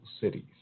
cities